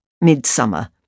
Midsummer